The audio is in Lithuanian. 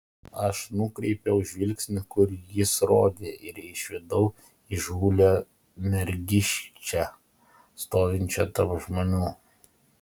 aš nukreipiau žvilgsnį kur jis rodė ir išvydau įžūlią mergiščią stovinčią tarp žmonių